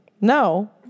No